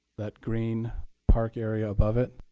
that green park area above it.